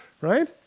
Right